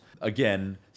again